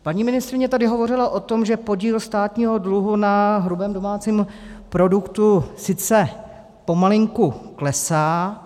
Paní ministryně tady hovořila o tom, že podíl státního dluhu na hrubém domácím produktu sice pomalinku klesá.